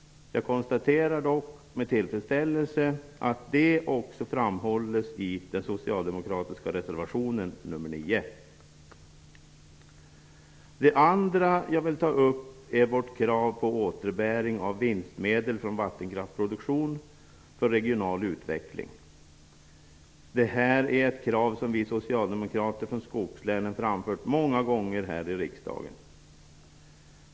Jag konstaterar dock med tillfredsställelse att detta också framhålls i den socialdemokratiska reservationen nr 9. Den andra frågan som jag vill ta upp är vårt krav på återbäring av vinstmedel från vattenkraftsproduktion för regional utveckling. Det här är ett krav som vi socialdemokrater från skogslänen många gånger har framfört här i riskdagen.